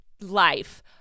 life